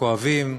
הכואבים,